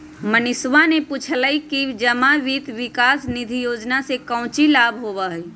मनीषवा ने पूछल कई कि जमा वित्त विकास निधि योजना से काउची लाभ होबा हई?